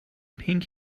pink